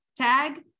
tag